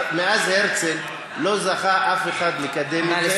מאז הרצל לא זכה אף אחד לקדם את זה,